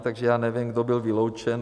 Takže já nevím, kdo byl vyloučen.